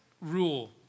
rule